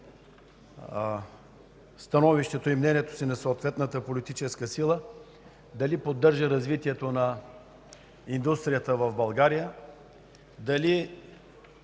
и мнението на съответната политическа сила – дали поддържа развитието на индустрията в България, дали